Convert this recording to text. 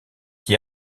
qui